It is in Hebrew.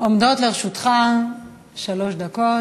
עומדות לרשותך שלוש דקות.